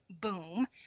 boom